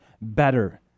better